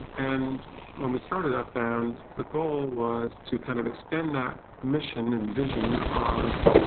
and when we started upbound, the goal was to kind of extend that mission and vision of